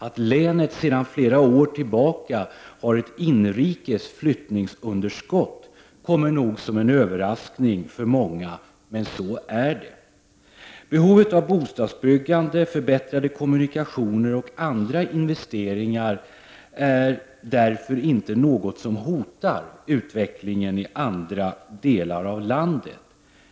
Att länet sedan flera år tillbaka har ett inrikes flyttningsunderskott kommer nog som en överraskning för många, men så är det. Behovet av bostadsbyggande, förbättrade kommunikationer och andra investeringar är därför inte något som hotar utvecklingen i andra delar av landet.